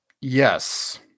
yes